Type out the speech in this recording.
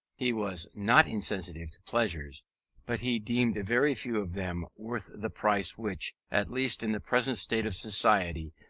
he was not insensible to pleasures but he deemed very few of them worth the price which, at least in the present state of society,